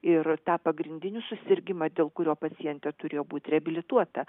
ir tą pagrindinį susirgimą dėl kurio pacientė turėjo būt reabilituota